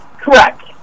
Correct